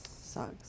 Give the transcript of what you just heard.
Sucks